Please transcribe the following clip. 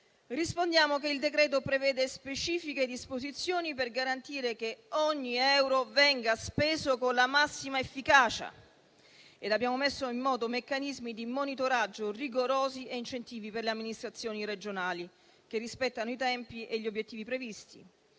rispondiamo che il decreto prevede specifiche disposizioni per garantire che ogni euro venga speso con la massima efficacia. Abbiamo messo in moto meccanismi di monitoraggio rigorosi ed incentivi per le amministrazioni regionali che rispettano i tempi e gli obiettivi previsti.